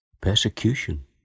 persecution